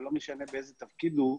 ולא משנה באיזה תפקיד הוא,